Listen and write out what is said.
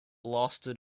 lasted